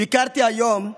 ביקרתי היום,